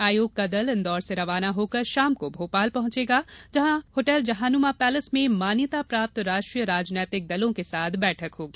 आयोग का दल इंदौर से रवाना होकर शाम को भोपाल पहुंचेगा जहां शाम को होटल जहांनुमा पैलेस में मान्यता प्राप्त राष्ट्रीय राजनीतिक दलों के साथ बैठक होगी